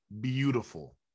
beautiful